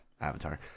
Avatar